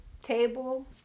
table